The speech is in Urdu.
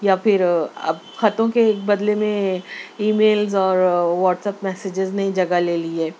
یا پھر اب خطوں کے بدلے میں ای میلز اور واٹس ایپ میسیجز نے جگہ لے لی ہے